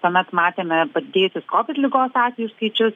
tuomet matėme padidėjusius covid ligos atvejų skaičius